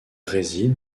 réside